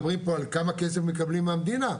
מדברים פה על כמה כסף מקבלים מהמדינה,